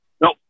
nope